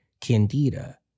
candida